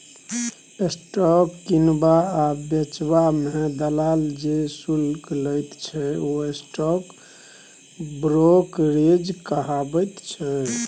stock किनबा आ बेचबा मे दलाल जे शुल्क लैत छै ओ स्टॉक ब्रोकरेज कहाबैत छै